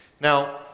Now